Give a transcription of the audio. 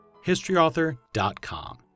HistoryAuthor.com